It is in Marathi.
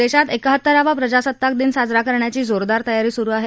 देशात एकाहत्तरावा प्रजासत्ताक दिन साजरा करण्याची जोरदार तयारी सुरू आहे